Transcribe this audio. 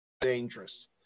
Dangerous